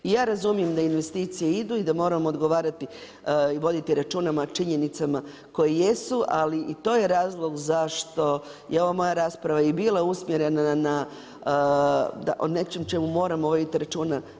I ja razumijem da investicije idu i da moramo odgovarati i voditi računa o činjenicama koje jesu ali i to je razlog zašto je ova moja rasprava i bila usmjerena na, o nečem o čemu moramo voditi računa.